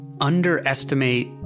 underestimate